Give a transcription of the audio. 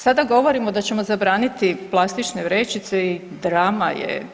Sada govorimo da ćemo zabraniti plastične vrećice i drama je.